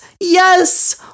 yes